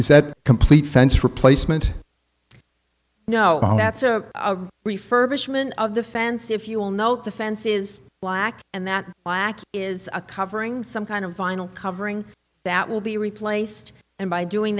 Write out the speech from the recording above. is that complete fence replacement no that's a refurbishment of the fence if you will note the fence is black and that black is a covering some kind of vinyl covering that will be replaced and by doing